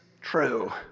true